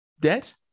debt